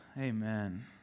Amen